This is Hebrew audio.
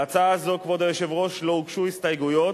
להצעה זו, כבוד היושב-ראש, לא הוגשו הסתייגויות,